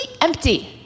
empty